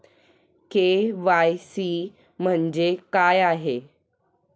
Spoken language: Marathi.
के.वाय.सी म्हणजे काय आहे?